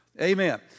Amen